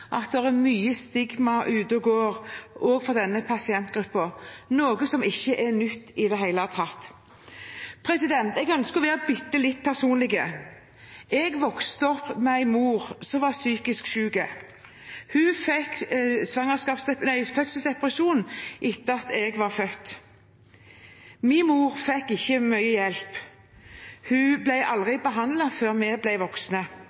er mye stigma ute og går også for denne pasientgruppen, noe som ikke er nytt i det hele tatt. Jeg ønsker å være bitte litt personlig. Jeg vokste opp med en mor som var psykisk syk. Hun fikk fødselsdepresjon etter at jeg var født. Min mor fikk ikke mye hjelp, hun ble aldri behandlet før vi ble voksne,